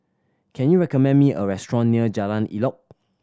can you recommend me a restaurant near Jalan Elok